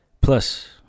Plus